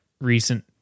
recent